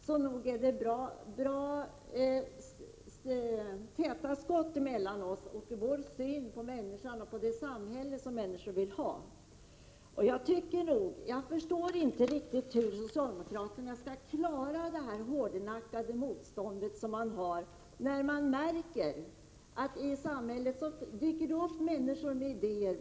Så nog är det täta skott mellan socialdemokraterna och oss i synen på det samhälle som människor vill ha. Jag förstår inte riktigt hur socialdemokraterna skall klara det hårdnackade motståndet, när de märker att det i samhället dyker upp människor med idéer.